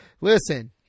Listen